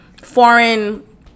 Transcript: foreign